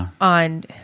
on